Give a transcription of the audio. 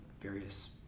various